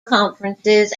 conferences